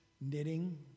knitting